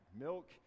Milk